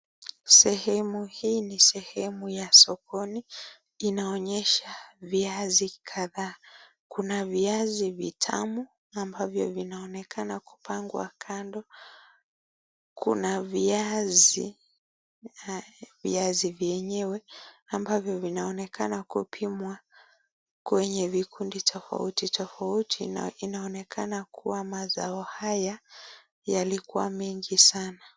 Sehemu hii ni sehemu ya sokoni inaonyesha viazi kadhaa. Kuna viazi vitamu ambavyo vinaonekana vimepangwa kando. Kuna viazi na viazi venyewe ambavyo vinaonekana kupimwa kwenye vikundi tofauti tofauti, na inonekana kua mazao haya yalikua mengi sanaa.